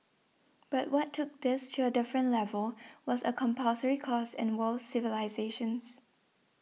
but what took this to a different level was a compulsory course in world civilisations